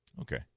Okay